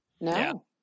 No